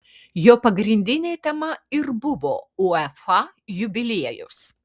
jo pagrindinė tema ir buvo uefa jubiliejus